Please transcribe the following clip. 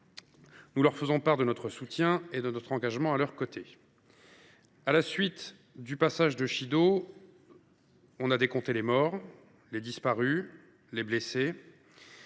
soient assurées de notre soutien et de notre engagement à leurs côtés. À la suite du passage de Chido, on a décompté les morts, les disparus, les blessés.